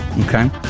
Okay